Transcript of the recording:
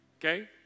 Okay